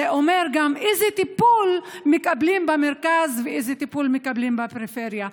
זה אומר גם איזה טיפול מקבלים במרכז ואיזה טיפול מקבלים בפריפריה.